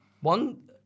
One